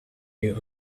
new